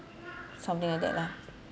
something like that lah